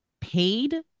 paid